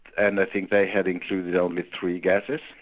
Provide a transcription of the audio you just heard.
and i think they had included only three gases.